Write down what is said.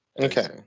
Okay